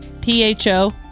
P-H-O